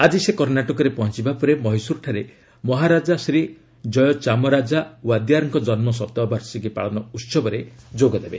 ଆକି ସେ କର୍ଷାଟକରେ ପହଞ୍ଚବା ପରେ ମହୀଶୃର୍ଠାରେ ମହାରାଜା ଶ୍ରୀ ଜୟଚାମରାଜା ୱାଦିୟାର୍ଙ୍କ ଜନ୍ମ ଶତବାର୍ଷିକୀ ପାଳନ ଉସରେ ଯୋଗ ଦେବେ